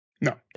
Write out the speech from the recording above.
No